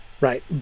right